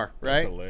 right